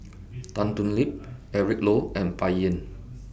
Tan Thoon Lip Eric Low and Bai Yan